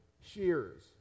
shears